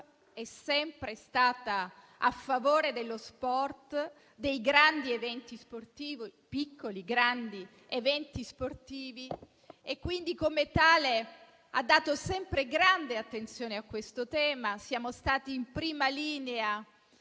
è sempre stata a favore dello sport, dei piccoli e grandi eventi sportivi, quindi come tale ha dato sempre grande attenzione a questo tema. Siamo stati in prima linea